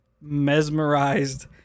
mesmerized